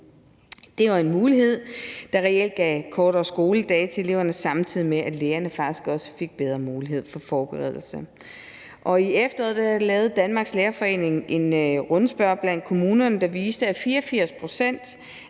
Det var en mulighed, der reelt gav kortere skoledage til eleverne, samtidig med at lærerne faktisk også fik bedre mulighed for forberedelse. I efteråret lavede Danmarks Lærerforening en rundspørge blandt kommunerne, der viste, at 84 pct.